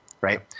right